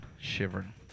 shivering